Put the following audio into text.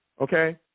okay